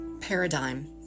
paradigm